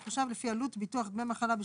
בשבוע (באחוזים/שקלים חדשים) הסבר 810 דמי מחלה לפי חוק דמי מחלה,